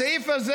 הסעיף הזה,